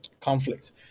conflicts